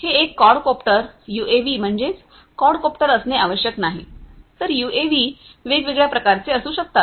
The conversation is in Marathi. तर हे एक क्वाडकोप्टर यूएव्ही म्हणजेच क्वाडकोप्टर असणे आवश्यक नाही यूएव्ही वेगवेगळ्या प्रकारचे असू शकतात